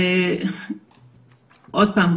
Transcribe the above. עוד פעם,